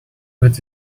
that